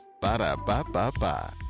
Ba-da-ba-ba-ba